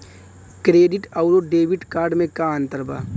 Credit अउरो debit card मे का अन्तर बा?